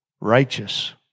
righteous